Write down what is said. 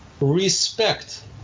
respect